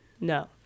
No